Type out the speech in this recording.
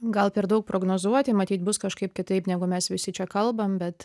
gal per daug prognozuoti matyt bus kažkaip kitaip negu mes visi čia kalbam bet